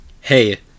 Hey